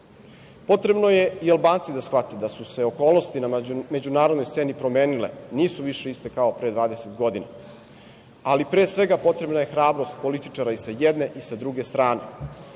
Potrebno je da Albanci shvate da su se okolnosti promenile na međunarodnoj sceni, nisu više iste kao pre 20 godina. Pre svega, potrebna je hrabrost političara i sa jedne i sa druge strane,